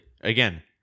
Again